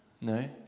No